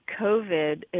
COVID